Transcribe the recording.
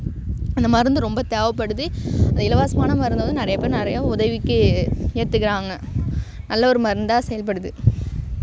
அந்த மருந்து ரொம்ப தேவைப்படுது அந்த இலவசமான மருந்தை வந்து நிறைய பேர் நிறையா உதவிக்கு எடுத்துக்கிறாங்க நல்ல ஒரு மருந்தாக செயல்படுது